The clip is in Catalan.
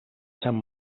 sant